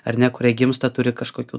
ar ne kurie gimsta turi kažkokių